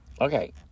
Okay